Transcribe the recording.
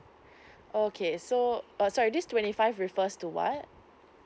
okay so err sorry this twenty five refers to what